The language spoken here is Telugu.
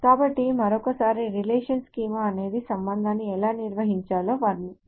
కాబట్టి మరోసారి రిలేషన్ స్కీమా అనేది సంబంధాన్ని ఎలా నిర్వచించాలో వివరిస్తుంది